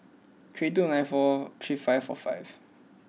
three two nine four three five four five